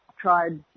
tried